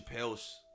Chappelle's